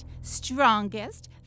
strongest